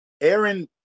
Aaron